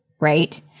right